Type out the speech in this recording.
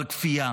אבל כפייה